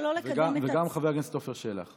החלטנו שלא לקדם את הצעת, וגם חבר הכנסת עפר שלח.